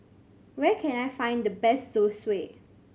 where can I find the best Zosui